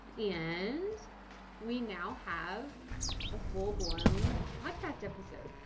and we now have a full-blown podcast episode.